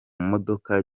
modoka